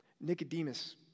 Nicodemus